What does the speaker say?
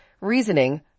reasoning